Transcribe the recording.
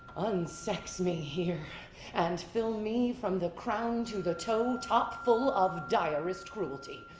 unsex me here and fill me from the crown to the toe top full of direst cruelty.